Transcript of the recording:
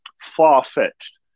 far-fetched